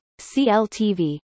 CLTV